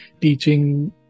teaching